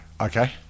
Okay